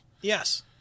Yes